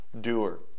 doer